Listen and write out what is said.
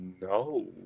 No